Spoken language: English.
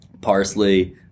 parsley